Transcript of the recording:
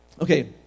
okay